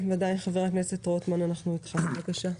חבר הכנסת רוטמן, בבקשה.